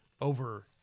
over